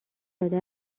داده